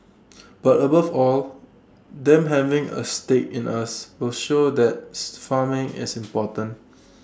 but above all them having A stake in us will show that's farming is important